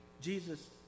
Jesus